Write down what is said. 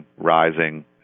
rising